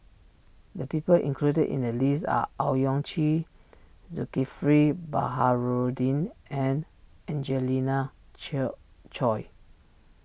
the people included in the list are Owyang Chi Zulkifli Baharudin and Angelina Choy